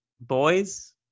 boys